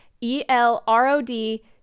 E-L-R-O-D